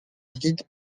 vide